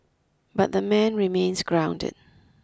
but the man remains grounded